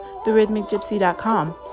therhythmicgypsy.com